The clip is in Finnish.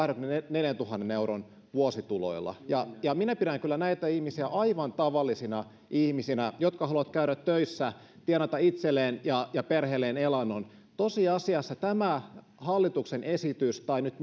kahdenkymmenenneljäntuhannen euron vuosituloilla ja ja minä pidän kyllä näitä ihmisiä aivan tavallisina ihmisinä jotka haluavat käydä töissä tienata itselleen ja ja perheelleen elannon tosiasiassa tämä hallituksen esitys tai nyt